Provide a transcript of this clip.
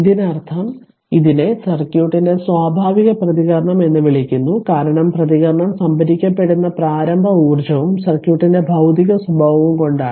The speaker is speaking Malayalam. ഇതിനർത്ഥം ഇതിനെ സർക്യൂട്ടിന്റെ സ്വാഭാവിക പ്രതികരണം എന്ന് വിളിക്കുന്നു കാരണം പ്രതികരണം സംഭരിക്കപ്പെടുന്ന പ്രാരംഭ ഊർജ്ജവും സർക്യൂട്ടിന്റെ ഭൌതിക സ്വഭാവവും കൊണ്ടാണ്